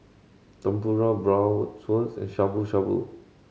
Tempura and Shabu Shabu